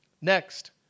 Next